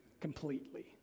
completely